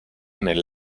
nel